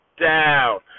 down